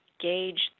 gauge